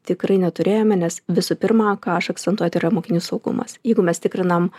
tikrai neturėjome nes visų pirma ką aš akcentuoju tai yra mokinių saugumas jeigu mes tikrinam